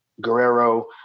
Guerrero